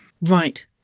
Right